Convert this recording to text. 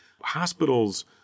Hospitals